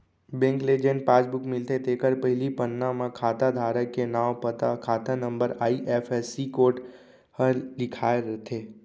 bank ले जेन passbook मिलथे तेखर पहिली पन्ना म खाता धारक के नांव, पता, खाता नंबर, आई.एफ.एस.सी कोड ह लिखाए रथे